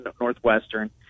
Northwestern